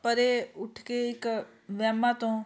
ਪਰੇ ਉੱਠ ਕੇ ਇੱਕ ਵਹਿਮਾਂ ਤੋਂ